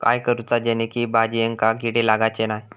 काय करूचा जेणेकी भाजायेंका किडे लागाचे नाय?